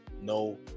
no